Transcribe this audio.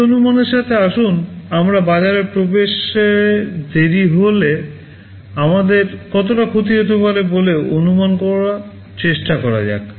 এই অনুমানের সাথে আসুন আমরা বাজারে প্রবেশে দেরি হলে আমাদের কতটা ক্ষতি হতে পারে বলে অনুমান করার চেষ্টা করা যাক